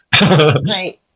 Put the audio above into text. right